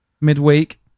midweek